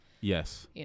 Yes